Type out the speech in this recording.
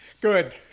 Good